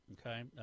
okay